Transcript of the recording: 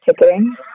ticketing